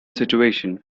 situation